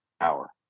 hour